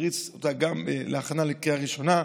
שהריץ אותה גם להכנה לקריאה ראשונה,